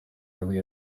early